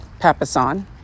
Papasan